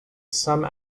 some